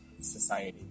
society